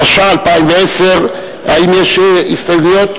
התשע"א 2010. האם יש הסתייגויות?